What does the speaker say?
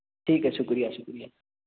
ٹھیک ہے شکریہ شکریہ